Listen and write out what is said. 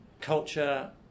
culture